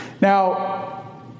Now